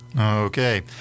Okay